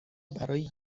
برای